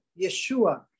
Yeshua